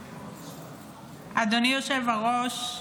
אדוני היושב-ראש,